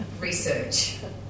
research